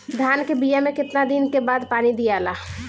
धान के बिया मे कितना दिन के बाद पानी दियाला?